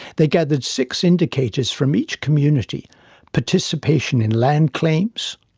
they gathered six indicators from each community participation in land claims,